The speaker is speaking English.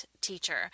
teacher